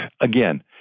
again